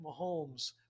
Mahomes